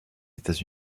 états